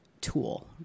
tool